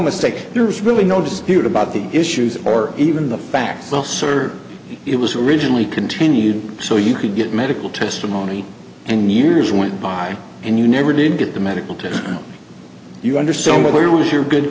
mistake there is really no dispute about the issues or even the facts well sir it was originally continued so you could get medical testimony and years went by and you never did get the medical to you under so much where was your good